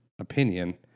opinion